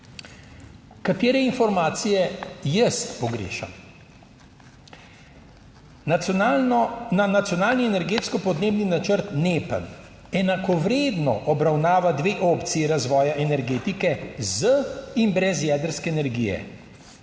Katere informacije jaz pogrešam? Nacionalni energetsko podnebni načrt NEPN enakovredno obravnava dve opciji razvoja energetike, z in brez jedrske energije.